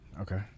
Okay